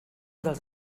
dels